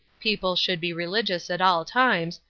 people should be religious at all times,